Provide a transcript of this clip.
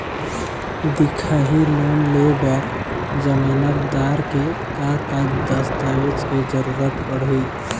दिखाही लोन ले बर जमानतदार के का का दस्तावेज के जरूरत पड़ही?